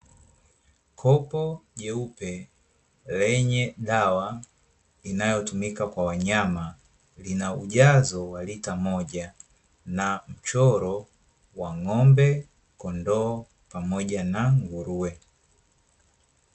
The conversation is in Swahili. Kopo jeupe lenye dawa inayotumika kwa wanyama, lina ujazo wa lita moja na mchoro wa ng'ombe, kondoo pamoja na nguruwe.